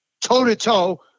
toe-to-toe